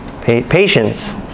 patience